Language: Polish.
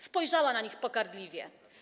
Spojrzała na nich pogardliwie.